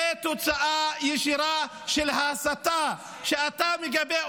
זו תוצאה ישירה של ההסתה שאתה מגבה.